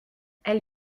elle